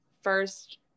first